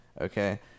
Okay